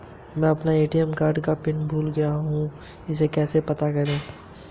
ऋण प्राप्त करने के लिए मुझे प्रमाण के रूप में कौन से दस्तावेज़ दिखाने होंगे?